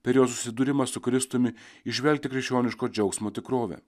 per jo susidūrimą su kristumi įžvelgti krikščioniško džiaugsmo tikrovę